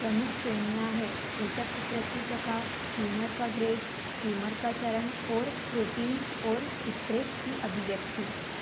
प्रमुख श्रेणियाँ हैं ऊतक विकृति प्रकार ट्यूमर का ग्रेड ट्यूमर का चरण और प्रोटीन और पित्रैक की अभिव्यक्ति